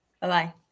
Bye-bye